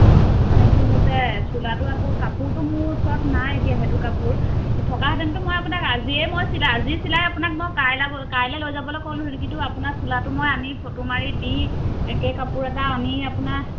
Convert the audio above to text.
অঁ মানে কি হৈছে চোলাটো আকৌ কাপোৰটো মোৰ ওচৰত নাই এতিয়া সেইটো কাপোৰ থকাহেঁতেনটো মই আপোনাক আজিয়েই মই চিলাই আজি চিলাই আপোনাক কাইলৈ লৈ যাবলৈ ক'লোঁহেতেন কিন্তু আপোনাক চোলাটো মই আনি ফটো মাৰি দি একেই কাপোৰ এটা আনি আপোনাৰ